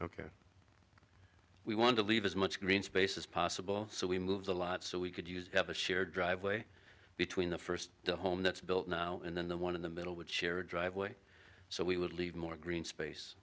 ok we wanted to leave as much green space as possible so we moved a lot so we could use a shared driveway between the first the home that's built and then the one in the middle would share a driveway so we would leave more green space